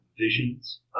visions